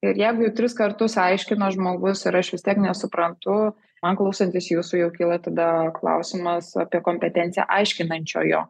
ir jeigu jau tris kartus aiškino žmogus ir aš vis tiek nesuprantu man klausantis jūsų jau kyla tada klausimas apie kompetenciją aiškinančiojo